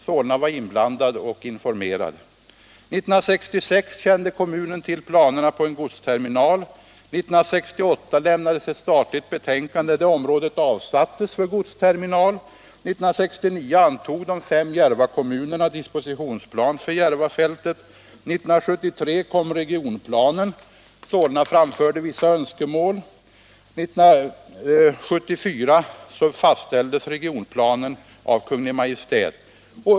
Solna kommun var inblandad och informerad. 1966 kände kommunen till planen på en godsterminal. 1968 lämnades ett statligt betänkande, enligt vilket området föreslogs avsättas för godsterminal. 1969 antog de fem Järvakommunerna en dispositionsplan för Järvafältet. 1973 framlades regionplanen. Solna framförde vissa önskemål. 1974 fastställdes regionplanen av regeringen.